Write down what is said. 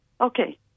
okay